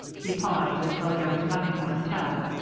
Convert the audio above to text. he paused, as though there was nothing more to tell.